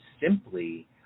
simply